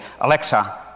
Alexa